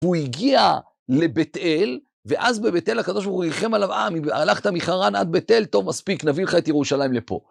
הוא הגיע לבית אל, ואז בבית אל הקב"ה ריחם עליו, אהה הלכת מחרן עד בית אל, טוב, מספיק, נביא לך את ירושלים לפה.